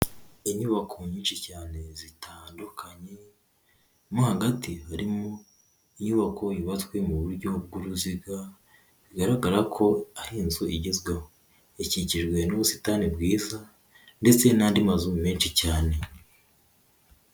Inyubako nyinshi cyane zitandukanye, mo hagati harimo inyubako yubatswe mu buryo bw'uruziga, bigaragara ko ari inzu igezweho, ikikijwe n'ubusitani bwiza, ndetse n'andi mazu menshi cyane.